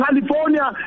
California